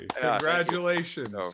congratulations